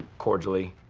cordially,